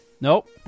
Nope